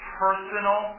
personal